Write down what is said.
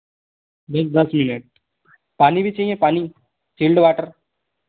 bake दस मिनट late पानी भी चाहिए पानी चिल्ड वॉटर